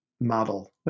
model